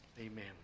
Amen